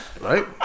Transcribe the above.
right